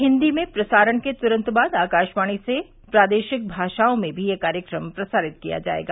हिन्दी में प्रसारण के तुरन्त बाद आकाशवाणी से प्रादेशिक भाषाओं में भी यह कार्यक्रम प्रसारित किया जायेगा